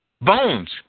Bones